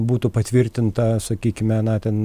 būtų patvirtinta sakykime na ten